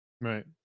Right